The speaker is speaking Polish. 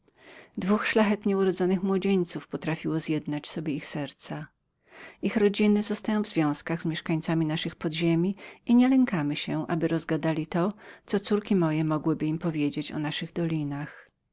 dwóch szlachetnie urodzonych młodzieńców potrafiło zjednać sobie ich serca rodziny tych panów zostają w związkach z mieszkańcami naszych podziemiów i nie lękamy się aby rozgadali coby córki moje mogły im powiedzieć o naszych dolinach